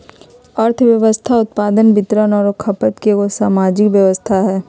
अर्थव्यवस्था उत्पादन, वितरण औरो खपत के एगो सामाजिक व्यवस्था हइ